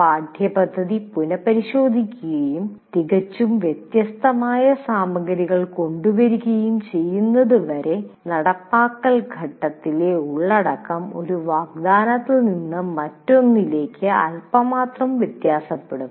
പാഠ്യപദ്ധതി പുനപരിശോധിക്കുകയും തികച്ചും വ്യത്യസ്തമായ സാമഗ്രികൾ കൊണ്ടുവരികയും ചെയ്യുന്നതുവരെ നടപ്പാക്കൽ ഘട്ടത്തിലെ ഉള്ളടക്കം ഒരു വാഗ്ദാനത്തിൽ നിന്ന് മറ്റൊന്നിലേക്ക് അല്പം മാത്രം വ്യത്യാസപ്പെടും